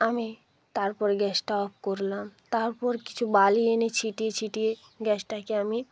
আমি তার পরে গ্যাসটা অফ করলাম তারপর কিছু বালি এনে ছিটিয়ে ছিটিয়ে গ্যাসটাকে আমি